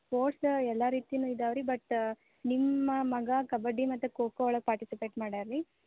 sports ಎಲ್ಲ ರೀತಿನು ಇದಾವ ರೀ ಬಟ್ ನಿಮ್ಮ ಮಗ ಕಬಡ್ಡಿ ಮತ್ತು ಖೋ ಖೋ ಒಳಗೆ ಪಟಿಸಿಪೇಟ್ ಮಾಡ್ಯಾರ ರೀ